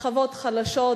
שכבות חלשות,